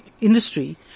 Industry